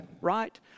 right